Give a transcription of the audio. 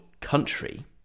country